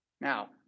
Now